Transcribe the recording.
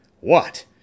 What